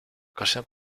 ocasión